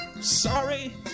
Sorry